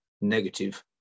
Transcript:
negative